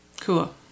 Cool